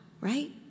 right